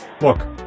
Look